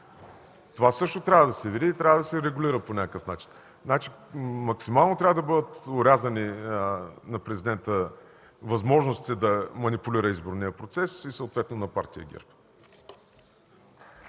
Това също трябва да се види и трябва да се регулира по някакъв начин. Максимално трябва да бъдат орязани възможностите на президента да манипулира изборния процес и съответно – на партия ГЕРБ.